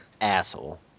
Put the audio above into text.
asshole